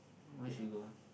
where should we go